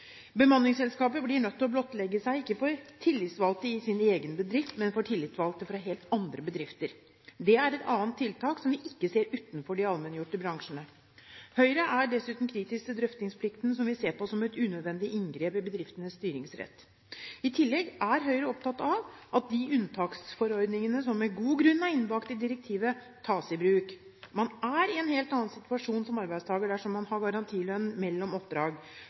blir nødt til å blottlegge seg, ikke for tillitsvalgte i sin egen bedrift, men for tillitsvalgte fra helt andre bedrifter. Det er et annet tiltak som vi ikke ser utenfor de allmenngjorte bransjene. Høyre er dessuten kritisk til drøftingsplikten, som vi ser på som et unødvendig inngrep i bedriftenes styringsrett. I tillegg er Høyre opptatt av at de unntaksforordningene som med god grunn er innbakt i direktivet, tas i bruk. Man er i en helt annen situasjon som arbeidstaker dersom man har garantilønn mellom oppdrag.